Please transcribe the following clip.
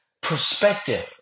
perspective